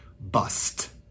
bust